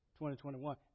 2021